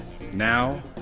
now